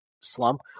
slump